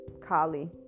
kali